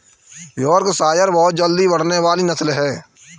Yorkshire बहुत जल्दी बढ़ने वाली नस्ल है